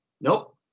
Nope